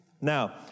Now